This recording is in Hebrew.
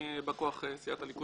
אני בא כוח סיעת הליכוד